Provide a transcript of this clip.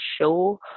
show